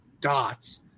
dots